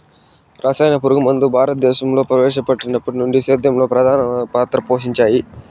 రసాయన పురుగుమందులు భారతదేశంలో ప్రవేశపెట్టినప్పటి నుండి సేద్యంలో ప్రధాన పాత్ర పోషించాయి